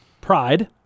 pride